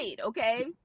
Okay